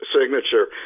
signature